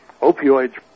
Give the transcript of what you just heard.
opioids